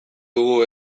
dugu